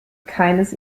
keines